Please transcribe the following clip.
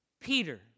Peter